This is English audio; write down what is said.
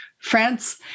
France